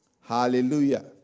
Hallelujah